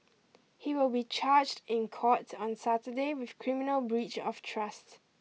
he will be charged in court on Saturday with criminal breach of trust